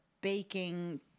baking